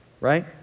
right